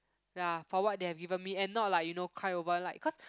ya for what they have given me and not lah you know cry over like cause